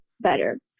better